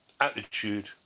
attitude